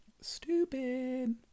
Stupid